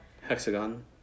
Hexagon